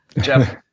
Jeff